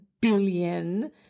billion